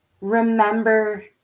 remember